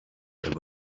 there